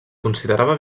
considerava